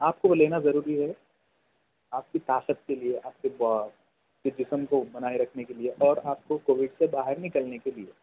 آپ کو وہ لینا ضروری ہے آپ کی طاقت کے لئے آپ کی کہ جسم کو بنائے رکھنے کے لئے اور آپ کو کووڈ سے باہر نکلنے کے لئے